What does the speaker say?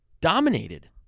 dominated